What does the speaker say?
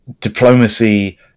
diplomacy